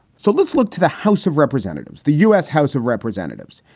so let's look to the house of representatives, the u s. house of representatives,